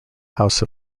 house